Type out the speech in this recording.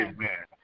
Amen